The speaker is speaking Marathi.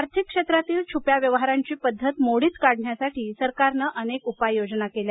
आर्थिक क्षेत्रातली छुप्या व्यवहारांची पद्धत मोडीत काढण्यासाठी सरकारनं अनेक उपाययोजना केल्या